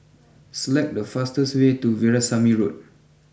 select the fastest way to Veerasamy Road